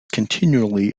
continually